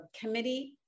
committee